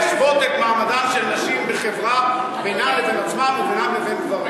להשוות את מעמדן של נשים בחברה בינן לבין עצמן ובינן לבין גברים.